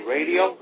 Radio